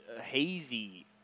hazy